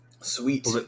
Sweet